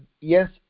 yes